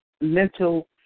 mental